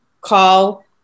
call